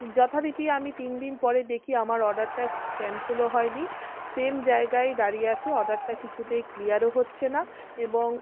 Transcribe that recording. যথারীতি আমি তিন দিন পরে দেখি আমার অর্ডারটা ক্যান্সেলও হয় নি সেম জায়গায় দাঁড়িয়ে আছে অর্ডারটা কিছুতেই ক্লিয়ারও হচ্ছে না এবং